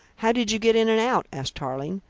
how did you get in and out? asked tarling.